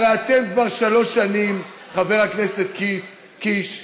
הרי אתם כבר שלוש שנים, חבר הכנסת קיס, קיש,